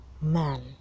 man